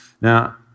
Now